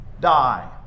die